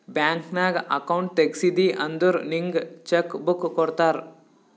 bank ನಾಗ್ account ತೆಗ್ಸಿದಿ ಅಂದುರ್ ನಿಂಗ್ ಚೆಕ್ ಬುಕ್ ಕೊಡ್ತಾರ್